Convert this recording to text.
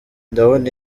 ndabona